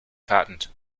patent